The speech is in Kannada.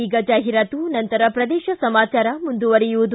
ಈಗ ಜಾಹಿರಾತು ನಂತರ ಪ್ರದೇಶ ಸಮಾಚಾರ ಮುಂದುವರಿಯುವುದು